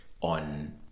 on